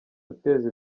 guteza